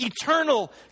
Eternal